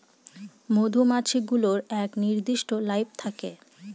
মধুমাছি গুলোর এক নির্দিষ্ট লাইফ থাকে